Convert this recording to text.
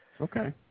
Okay